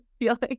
feeling